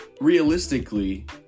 realistically